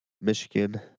Michigan